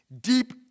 Deep